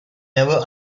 never